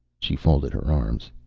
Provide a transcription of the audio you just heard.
she folded her arms.